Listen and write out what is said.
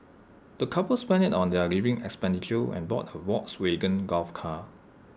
the couple spent IT on their living expenditure and bought A Volkswagen golf car